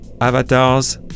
avatars